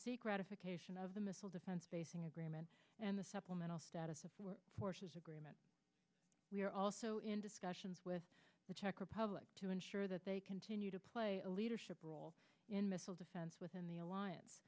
with ratification of the missile defense basing agreement and the supplemental status of forces agreement we are also in discussions with the czech republic to ensure that they continue to play a leadership role in missile defense within the alliance